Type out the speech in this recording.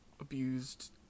abused